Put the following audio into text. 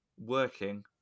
working